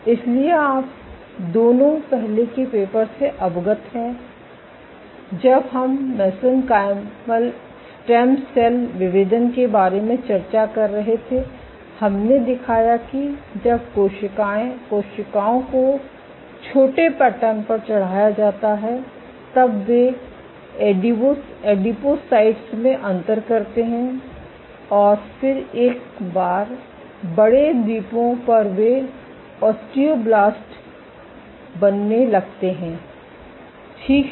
इसलिए आप दोनों पहले के पेपर से अवगत हैं जब हम मेसेनकाइमल स्टेम सेल विभेदन के बारे में चर्चा कर रहे थे हमने दिखाया कि जब कोशिकाओं को छोटे पैटर्न पर चढ़ाया जाता है तब वे एडिपोसाइट्स में अंतर करते हैं और फिर एक बार बड़े द्वीपों पर वे ओस्टियोब्लास्ट बनने लगते हैं ठीक है